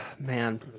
man